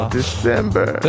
December